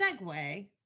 segue